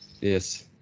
Yes